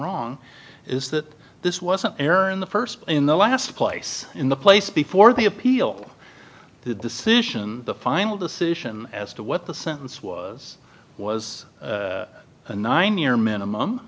wrong is that this was an error in the st in the last place in the place before the appeal the decision the final decision as to what the sentence was was a nine year minimum